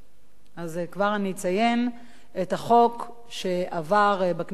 כבר אני אציין את החוק שעבר בכנסת הנוכחית,